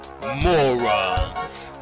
Morons